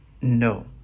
no